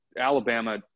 Alabama –